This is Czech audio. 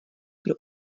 pro